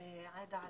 עאידה,